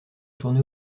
tourner